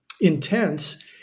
intense